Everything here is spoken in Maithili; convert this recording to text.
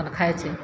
अपन खाय छै